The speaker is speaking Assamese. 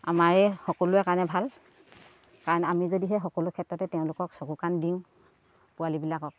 আমাৰে সকলোৰে কাৰণে ভাল কাৰণ আমি যদি সেই সকলো ক্ষেত্ৰতে তেওঁলোকক চকু কাণ দিওঁ পোৱালিবিলাকক